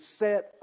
set